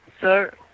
Sir